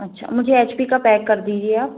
अच्छा मुझे H P का पैक कर दीजिये आप